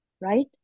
right